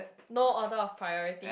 no order of priority